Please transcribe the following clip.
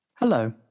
Hello